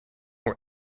were